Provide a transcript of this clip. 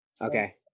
okay